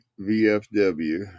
VFW